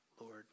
Lord